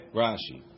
rashi